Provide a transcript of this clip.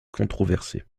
controversées